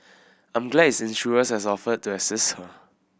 I'm glad its insurers has offered to assist her